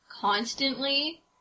constantly